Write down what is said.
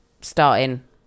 starting